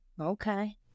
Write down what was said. okay